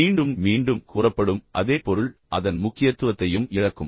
மீண்டும் மீண்டும் கூறப்படும் அதே பொருள் அதன் முக்கியத்துவத்தையும் இழக்கும்